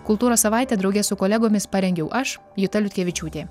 kultūros savaitę drauge su kolegomis parengiau aš juta liutkevičiūtė